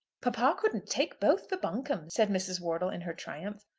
papa couldn't take both the buncombes, said mrs. wortle in her triumph,